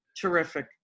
Terrific